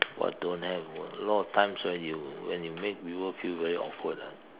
what don't have a lot of times ah you when you make people feel very awkward ah